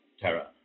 terror